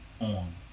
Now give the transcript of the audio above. on